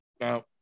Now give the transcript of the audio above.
Now